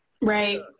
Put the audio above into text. right